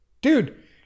Dude